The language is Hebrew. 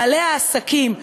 בעלי העסקים,